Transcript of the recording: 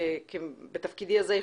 בתפקידי הזה,